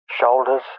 shoulders